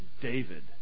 David